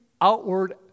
outward